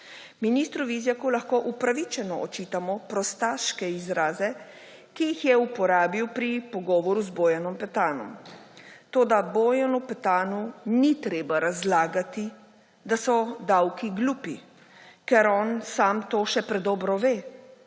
Ministru Vizjaku lahko upravičeno očitamo prostaške izraze, ki jih je uporabil pri pogovoru z Bojanom Petanom. Toda Bojanu Petanu ni treba razlagati, da so davki glupi, ker on sam to še predobro ve,